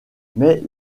mais